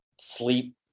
sleep